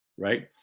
right?